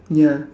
ya